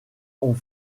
ont